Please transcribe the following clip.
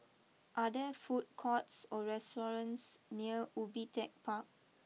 are there food courts or restaurants near Ubi Tech Park